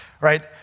right